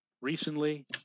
recently